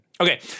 Okay